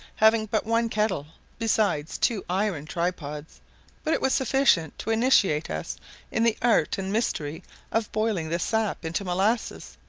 having but one kettle, besides two iron tripods but it was sufficient to initiate us in the art and mystery of boiling the sap into molasses,